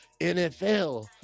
nfl